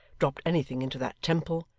dropped anything into that temple,